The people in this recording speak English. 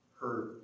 hurt